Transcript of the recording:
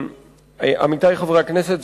עמיתי חברי הכנסת,